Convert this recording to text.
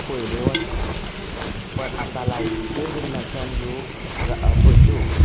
पळयनात पूण आतां लायटीचेर जेन्नाच्यान ह्यो बसी